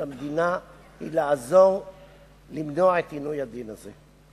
המדינה היא כדי לעזור למנוע את עינוי הדין הזה,